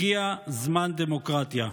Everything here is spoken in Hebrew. הגיע זמן דמוקרטיה.